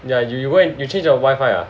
ya you you go and you change your wifi ah